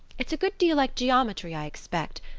it's a good deal like geometry, i expect.